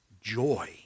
joy